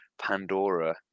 Pandora